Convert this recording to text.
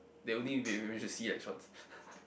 they only to see electrons